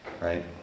right